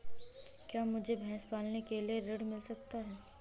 क्या मुझे भैंस पालने के लिए ऋण मिल सकता है?